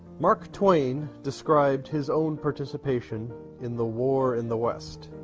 mark twain described his own participation in the war in the west,